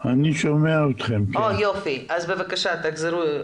הרי מאיפה שהוא עלתה הסוגיה,